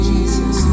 Jesus